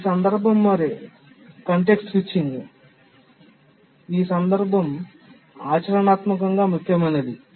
ఇది సందర్భం మారే ఈ సందర్భం ఆచరణాత్మకంగా ముఖ్యమైనది